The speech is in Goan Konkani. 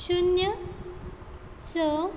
शुन्य स